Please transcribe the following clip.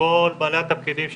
שכל בעלי התפקידים שציינתי,